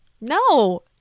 No